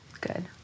Good